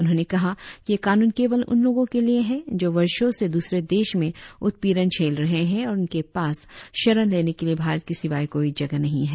उन्होंने कहा कि यह कानून केवल उन लोगों के लिए है जो वर्षों से दूसरे देश में उत्पीड़न झेल रहे हैं और उनके पास शरण लेने के लिए भारत के सिवाय कोई जगह नहीं है